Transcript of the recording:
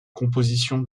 compositions